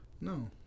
No